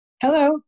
Hello